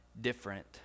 different